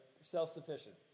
self-sufficient